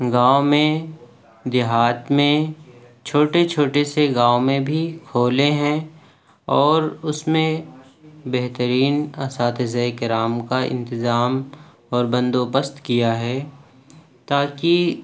گاؤں میں دیہات میں چھوٹے چھوٹے سے گاؤں میں بھی کھولے ہیں اور اس میں بہترین اساتذہ کرام کا انتظام اور بندوبست کیا ہے تاکہ